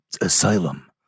asylum